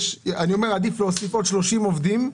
עדיף להוסיף עוד 30 עובדים,